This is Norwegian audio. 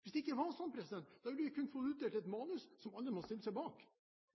Hvis det ikke var sånn, ville vi kun få utdelt et manus som alle måtte stille seg bak.